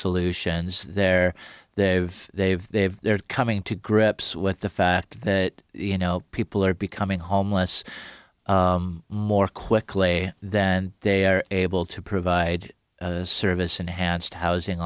solutions there they have they've they've they're coming to grips with the fact that you know people are becoming homeless more quickly than they are able to provide service enhanced housing